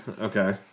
okay